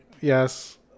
yes